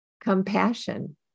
compassion